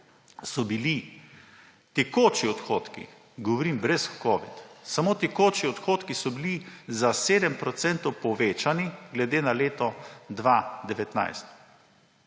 so bili tekoči odhodki, govorim brez covida, samo tekoči odhodki so bili za 7 % povečani glede na leto 2019.